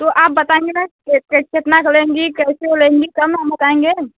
तो आप बताएँगे ना कैसे अपना लेंगी कैसे लेंगी कम हम बताएँगे